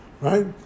right